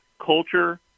Culture